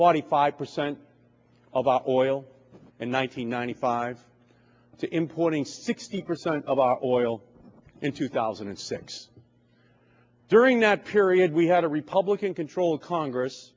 forty five percent of our oil in one nine hundred ninety five to importing sixty percent of our oil in two thousand and six during that period we had a republican controlled congress